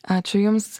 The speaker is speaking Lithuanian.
ačiū jums